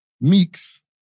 Meeks